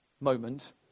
moment